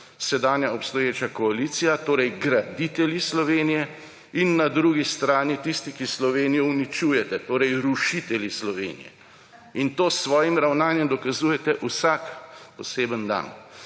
sedanja obstoječa koalicija, torej graditelji Slovenije, in na drugi srani tisti, ki Slovenijo uničujete, torej rušitelji Slovenije. In to s svojim ravnanjem dokazujete vsak poseben dan.